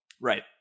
Right